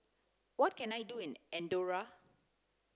what can I do in Andorra